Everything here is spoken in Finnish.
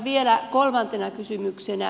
vielä kolmantena kysymyksenä